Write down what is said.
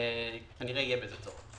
כנראה יהיה בזה צורך.